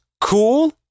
cool